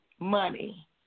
Money